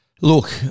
look